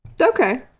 Okay